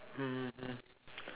um